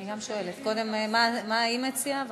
אני גם שואלת קודם מה היא מציעה.